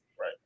right